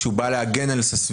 כשהוא בא להגן על הסביבה,